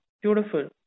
Beautiful